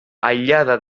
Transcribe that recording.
aïllada